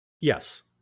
Yes